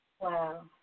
Wow